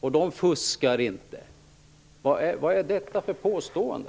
De fuskar inte! Vad är detta för påstående?